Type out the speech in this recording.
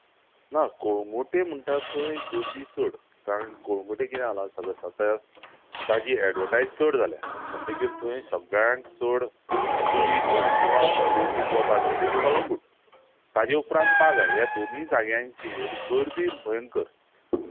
ना कळंगुटे म्हणटात थंय गर्दी चड कारण कळंगुटे कितें जाला सद्द्या ताची एडवटायज चड जाल्या म्हणटकीर थंय सगळ्यान चड टुरीस्ट किंवां लोकूय वतात ताचे उपरांत बागा ह्या दोनीय जाग्यांचेर गर्दी भयंकर